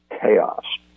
chaos